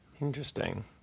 Interesting